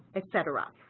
etc.